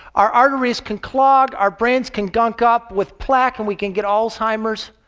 our arteries can clog. our brains can gunk up with plaque, and we can get alzheimer's.